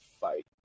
Fight